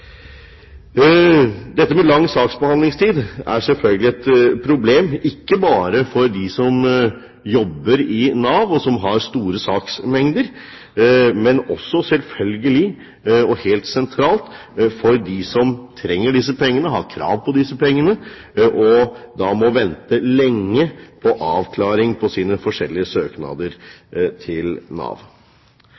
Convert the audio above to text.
Dette med lang saksbehandlingstid er selvfølgelig et problem, ikke bare for dem som jobber i Nav, og som har store saksmengder, men også selvfølgelig – og helt sentralt – for dem som trenger disse pengene, som har krav på disse pengene, og som må vente lenge på avklaring av sine forskjellige søknader